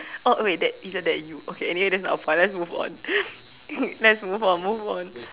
oh wait that isn't that you okay anyway that's not the point let's move on let's move on move on